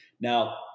Now